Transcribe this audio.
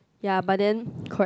ya but then correct